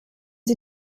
sie